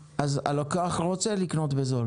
והלקוח רוצה לקנות בזול